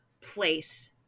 place